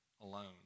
alone